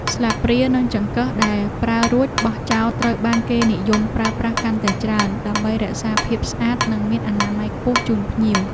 ស្លាបព្រានិងចង្កឹះដែលប្រើរួចបោះចោលត្រូវបានគេនិយមប្រើប្រាស់កាន់តែច្រើន ដើម្បីរក្សាភាពស្អាតនិងមានអនាម័យខ្ពស់ជូនភ្ញៀវ។